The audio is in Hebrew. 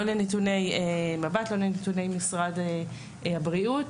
לא לנתוני מבט ולא לנתוני משרד הבריאות,